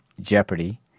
jeopardy